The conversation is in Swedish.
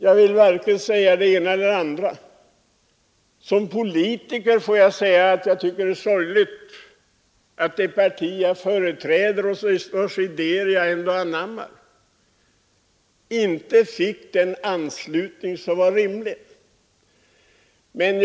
Jag vill beträffande det senaste valutslaget som politiker säga att det var sorgligt att det parti som jag företräder och vars ideér jag anammar inte fick en tillfredsställande anslutning.